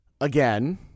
again